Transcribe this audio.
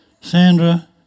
Sandra